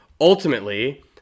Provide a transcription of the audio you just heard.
ultimately